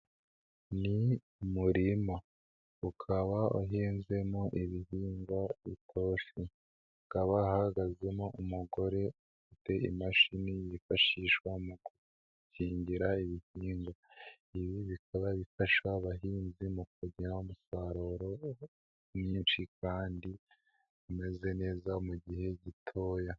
Ni umuma, ukaba uhinzwemo ibibyimba itoroshi, hakaba hagazemo umugore ufite imashini yifashishwa mu gukingira ibihingwa, ibi bikaba bifasha abahinzi mu kugira umusaruro mwinshi kandi bameze neza mu gihe gitoya.